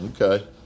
Okay